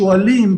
שועלים,